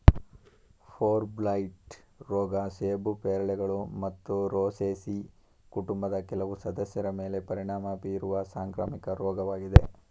fire blight ರೋಗ ಸೇಬು ಪೇರಳೆಗಳು ಮತ್ತು ರೋಸೇಸಿ ಕುಟುಂಬದ ಕೆಲವು ಸದಸ್ಯರ ಮೇಲೆ ಪರಿಣಾಮ ಬೀರುವ ಸಾಂಕ್ರಾಮಿಕ ರೋಗವಾಗಿದೆ